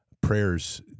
prayers